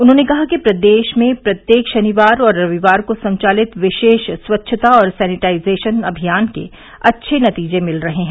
उन्होंने कहा कि प्रदेश में प्रत्येक शनिवार व रविवार को संचालित विशेष स्वच्छता और सैनिटाइजेशन अभियान के अच्छे नतीजे मिल रहे हैं